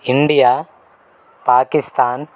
India Pakistan